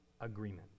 agreement